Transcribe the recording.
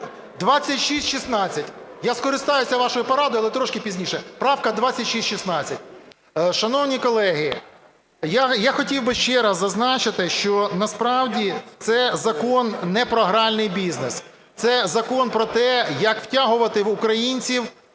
2616. Я скористаюся вашою порадою, але трошки пізніше. Правка 2616. Шановні колеги, я хотів би ще раз зазначити, що насправді це закон не про гральний бізнес, це закон про те, як втягувати в українців